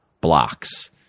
blocks